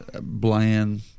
bland